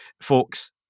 folks